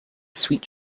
sweet